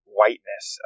whiteness